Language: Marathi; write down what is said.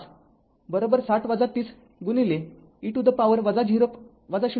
५ ६० ३० गुणिले e to the power ०